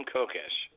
Kokesh